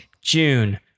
June